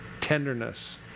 Tenderness